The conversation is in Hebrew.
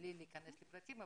בלי להיכנס לפרטים,